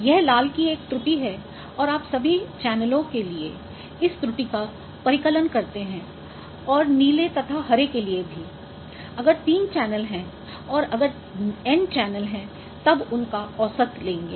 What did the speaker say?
यह लाल की एक त्रुटि है और आप सभी चैनलों के लिए इस त्रुटि का परिकलन करते हैं और नीले तथा हरे के लिए भी अगर 3चैनल हैं और अगर N चैनल हैं तब उनका औसत लेंगे